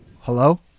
Hello